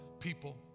People